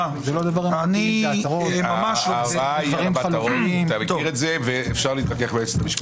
אני ממש לא --- אתה מכיר את זה ואפשר להתווכח עם היועצת המשפטית.